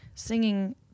singing